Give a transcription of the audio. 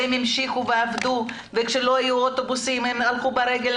המשיכו ועבדו וכשלא היו אוטובוסים הם הלכו ברגל.